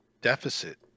deficit